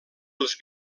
els